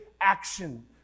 action